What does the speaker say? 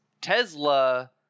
Tesla